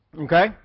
Okay